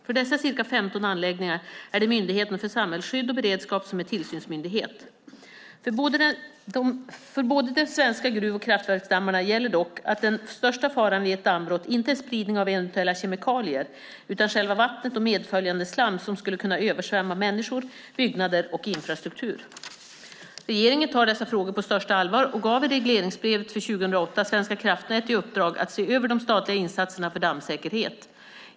För dessa ca 15 anläggningar är det Myndigheten för samhällsskydd och beredskap som är tillsynsmyndighet. För både de svenska gruv och kraftverksdammarna gäller dock att den största faran vid ett dammbrott inte är spridning av eventuella kemikalier utan själva vattnet och medföljande slam som skulle kunna översvämma människor, byggnader och infrastruktur. Regeringen tar dessa frågor på största allvar och gav i regleringsbrevet för 2008 Svenska kraftnät i uppdrag att se över de statliga insatserna för dammsäkerhet.